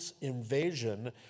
invasion